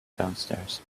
downstairs